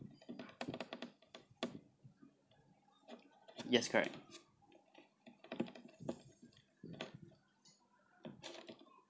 yes correct